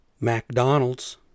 McDonald's